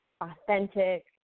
authentic